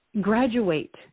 Graduate